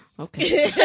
Okay